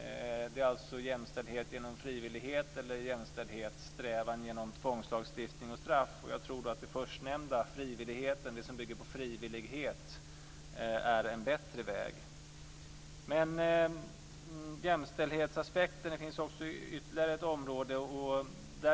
Det är alltså jämställdhet genom frivillighet eller jämställdhetssträvan genom tvångslagstiftning och straff. Jag tror att det förstnämnda, det som bygger på frivillighet, är en bättre väg. Men jämställdhetsaspekten finns också på ytterligare ett område.